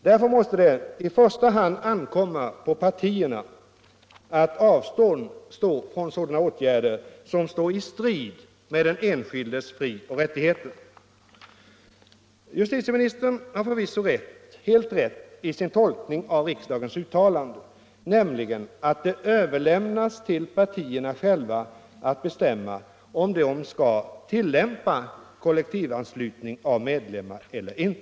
Därför måste det i första hand ankomma på partierna att avstå från åtgärder som står i strid mot den enskildes frioch rättigheter. Justitieministern har förvisso fullt rätt i sin tolkning av riksdagens uttalanden, nämligen att det överlämnas till partierna själva att bestämma om de skall tillämpa kollektivanslutning av medlemmar eller inte.